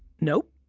nope.